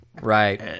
right